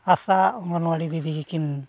ᱟᱥᱟ ᱚᱝᱜᱚᱱ ᱚᱣᱟᱲᱤ ᱫᱤᱫᱤ ᱜᱮᱠᱤᱱ